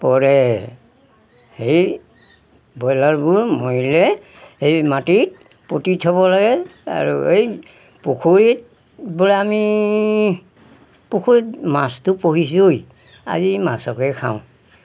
পৰে সেই ব্ৰইলাৰবোৰ মৰিলে সেই মাটিত পুতি থ'ব লাগে আৰু এই পুখুৰীত বোলে আমি পুখুৰীত মাছটো পুহিছো ঐ আজি মাছকে খাওঁ